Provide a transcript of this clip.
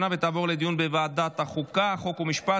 לוועדת החוקה, חוק ומשפט